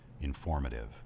informative